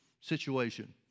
situation